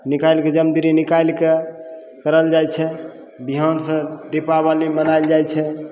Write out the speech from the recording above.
निकालिके जमदिरी निकालिके करल जाइ छै बिहानसे दीपावली मनाएल जाइ छै